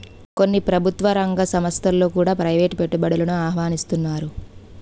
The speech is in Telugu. కొన్ని ప్రభుత్వ రంగ సంస్థలలో కూడా ప్రైవేటు పెట్టుబడులను ఆహ్వానిస్తన్నారు